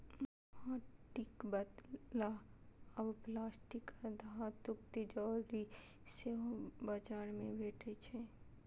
माटिक बदला आब प्लास्टिक आ धातुक तिजौरी सेहो बाजार मे भेटै छै